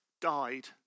Died